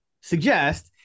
suggest